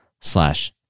slash